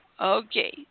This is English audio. Okay